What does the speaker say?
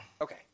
Okay